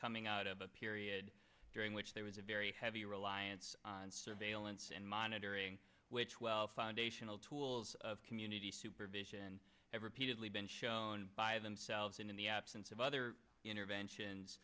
coming out of a period during which there was a very heavy reliance on surveillance and monitoring which well foundational tools of community supervision ever been shown by themselves and in the absence of other interventions